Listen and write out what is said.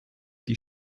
die